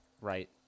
right